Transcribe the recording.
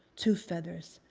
two feathers.